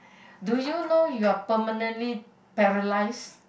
do you know you are permanently paralysed